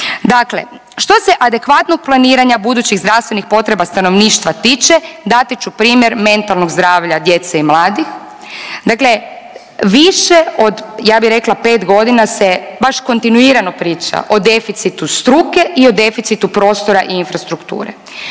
Dakle, što se adekvatnog planiranja budućih zdravstvenih potreba stanovništva tiče, dati ću primjer mentalnog zdravlja djece i mladih, dakle više od, ja bih rekla 5 godina, se baš kontinuirano priča o deficitu struke i o deficitu prostora i infrastrukture.